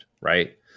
Right